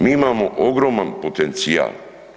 Mi imamo ogroman potencijal.